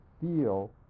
feel